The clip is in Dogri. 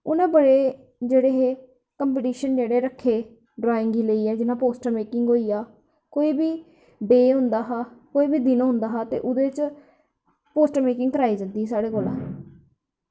उ'नें बड़े जेह्ड़े हे कंपीटिशन जेह्ड़े रक्खे ड्राइंग गी लेइयै जि'यां पोस्टर मेकिंग होई गेआ कोई बी डे होंदा हा कोई बी दिन होंदा हा ते एह्दे च पोस्टर मेकिंग कराई जंदी ही साढ़ै कोला